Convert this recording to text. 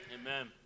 amen